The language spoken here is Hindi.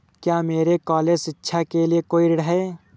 क्या मेरे कॉलेज शिक्षा के लिए कोई ऋण है?